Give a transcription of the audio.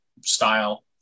style